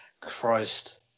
Christ